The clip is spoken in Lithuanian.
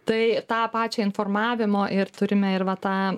tai tą pačią informavimo ir turime ir va tą